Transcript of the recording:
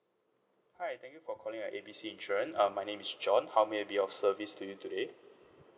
alright thank you for calling our A B C insurance uh my name is john how may I be of service to you today